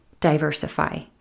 diversify